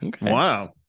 wow